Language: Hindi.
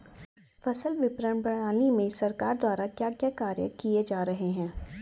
फसल विपणन प्रणाली में सरकार द्वारा क्या क्या कार्य किए जा रहे हैं?